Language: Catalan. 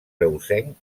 reusenc